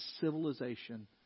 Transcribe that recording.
civilization